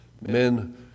Men